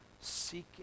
seeking